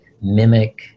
mimic